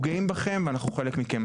אנחנו גאים בכם ואנחנו חלק מכם,